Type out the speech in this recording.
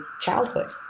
childhood